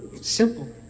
simple